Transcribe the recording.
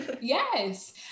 Yes